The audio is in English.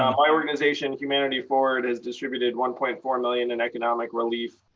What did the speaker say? um my organization, humanity forward, has distributed one point four million in economic relief.